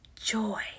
joy